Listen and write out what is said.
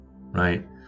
right